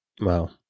Wow